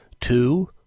two